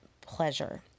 pleasure